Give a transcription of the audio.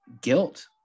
guilt